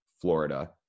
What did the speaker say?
Florida